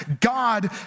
God